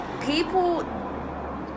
People